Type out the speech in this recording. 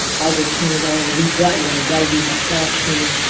i would turn around and read that one. and that would be my classroom